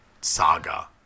saga